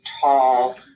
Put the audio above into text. tall